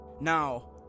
now